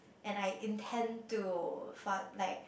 and I intend to for like